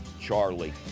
Charlie